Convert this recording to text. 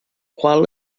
qual